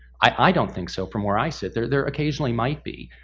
i don't think so from where i sit. there there occasionally might be,